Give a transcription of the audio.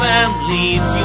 Families